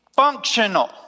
Functional